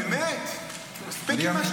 באמת, מספיק עם השטויות.